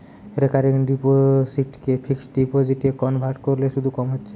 recurring ডিপোসিটকে fixed ডিপোজিটে convert কোরলে শুধ কম হচ্ছে